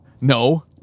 No